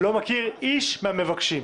לא מכיר איש מהמבקשים.